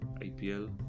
IPL